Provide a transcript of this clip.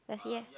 does he have